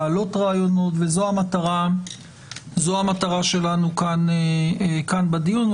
לעלות רעיונות וזו המטרה שלנו כאן בדיון.